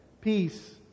peace